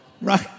right